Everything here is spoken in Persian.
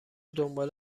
دنبال